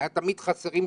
היו תמיד חסרים תקנים,